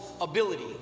ability